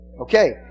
Okay